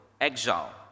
exile